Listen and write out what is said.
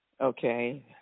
Okay